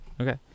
Okay